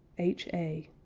h a.